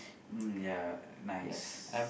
mm ya nice